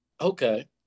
Okay